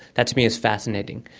that to me is fascinating.